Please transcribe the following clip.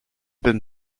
been